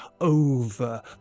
over